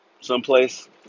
Someplace